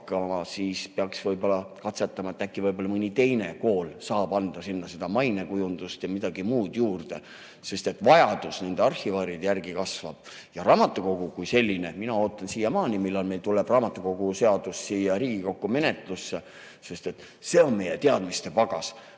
siis peaks võib-olla katsetama, äkki mõni teine kool saab anda sinna mainekujundust ja midagi muud juurde. Sest et vajadus arhivaaride järele kasvab ja raamatukogu kui selline – mina ootan siiamaani, millal meil tuleb raamatukoguseadus siia Riigikokku menetlusse – on meie teadmiste pagas.